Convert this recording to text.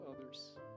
others